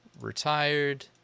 retired